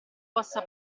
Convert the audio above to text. possa